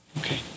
Okay